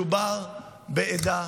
מדובר בעדה